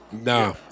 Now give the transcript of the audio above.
Nah